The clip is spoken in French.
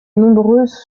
nombreuses